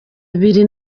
abiri